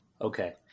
Okay